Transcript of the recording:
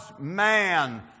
man